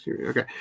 Okay